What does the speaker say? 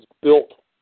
built